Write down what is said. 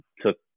took